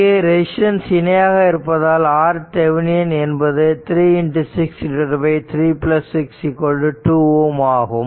இங்கு ரெசிஸ்டன்ஸ் இணையாக இருப்பதால் Rth என்பது 3 6 3 6 2 Ω ஆகும்